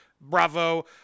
bravo